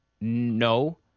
no